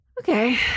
Okay